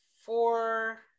four